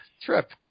trip